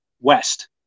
west